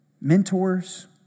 mentors